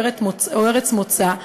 או ארץ מוצא,